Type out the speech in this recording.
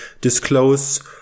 disclose